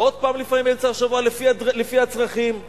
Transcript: ושוב לפעמים באמצע השבוע לפי הצרכים,